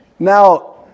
Now